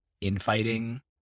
Infighting